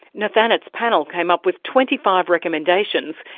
nethanet's panel came up with twenty five recommendations,